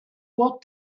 what